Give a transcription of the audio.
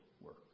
work